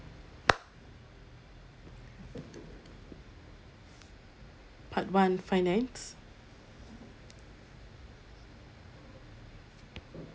part one finance